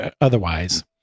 otherwise